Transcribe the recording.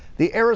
the arizona